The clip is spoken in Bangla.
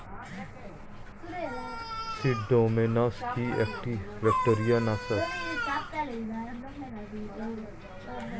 সিউডোমোনাস কি একটা ব্যাকটেরিয়া নাশক?